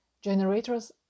generators